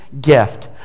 gift